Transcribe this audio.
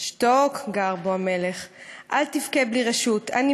// 'שתוק', גער בו המלך.